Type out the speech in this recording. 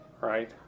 right